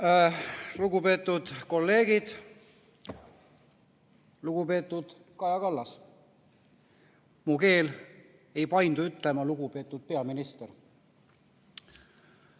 Lugupeetud kolleegid! Lugupeetud Kaja Kallas! Mu keel ei paindu ütlema "lugupeetud peaminister".